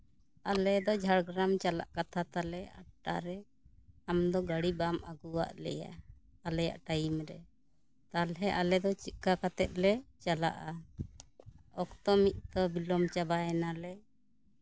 ᱟᱞᱮ ᱫᱚ ᱡᱷᱟᱲᱜᱨᱟᱢ ᱪᱟᱞᱟᱜ ᱠᱟᱛᱷᱟ ᱛᱟᱞᱮ ᱥᱮᱛᱟᱜ ᱨᱮ ᱟᱢᱫᱚ ᱜᱟ ᱰᱤ ᱵᱟᱢ ᱟᱹᱜᱩᱣᱟᱜ ᱞᱮᱭᱟ ᱟᱞᱮᱭᱟᱜ ᱴᱟᱭᱤᱢ ᱨᱮ ᱛᱟᱦᱚᱞᱮ ᱟᱞᱮᱫᱚ ᱪᱤᱠᱟ ᱠᱟᱛᱮᱜ ᱞᱮ ᱪᱟᱞᱟᱜᱼᱟ ᱚᱠᱛᱚ ᱢᱚᱠᱛᱚ ᱵᱤᱞᱚᱢ ᱪᱟᱵᱟᱭᱮᱱᱟᱞᱮ